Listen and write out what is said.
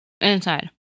Inside